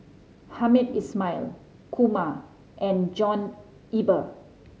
Hamed Ismail Kumar and John Eber